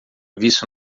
visto